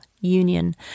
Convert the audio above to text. Union